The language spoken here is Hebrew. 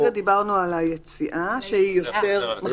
כרגע דיברנו על היציאה שהיא יותר מחמירה.